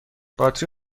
باتری